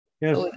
Yes